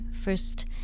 first